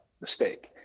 mistake